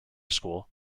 school